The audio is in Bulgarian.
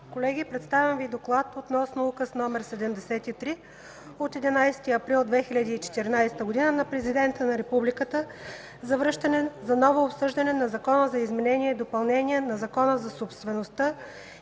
Колеги, представям Ви: „ДОКЛАД относно Указ № 73 от 11 април 2014 г. на Президента на Републиката за връщане за ново обсъждане на Закона за изменение и допълнение на Закона за собствеността